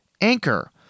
Anchor